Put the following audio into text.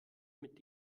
mit